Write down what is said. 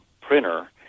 printer